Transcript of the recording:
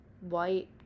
white